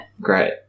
Great